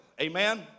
Amen